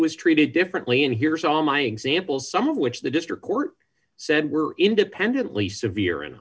was treated differently and here's all my examples some of which the district court said were independently severe